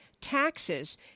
taxes